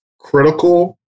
critical